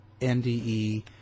NDE